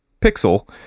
pixel